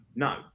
No